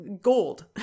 gold